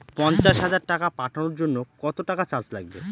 পণ্চাশ হাজার টাকা পাঠানোর জন্য কত টাকা চার্জ লাগবে?